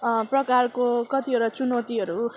प्रकारको कतिवटा चुनौतीहरू